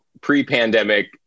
pre-pandemic